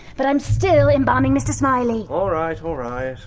but i'm still embalming mr smiley! alright, alright.